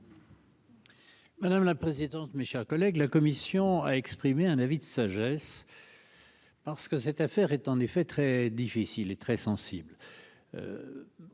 Madame la présidente, mes chers collègues, la commission a exprimé un avis de sagesse. Parce que cette affaire est en effet très difficile et très sensible.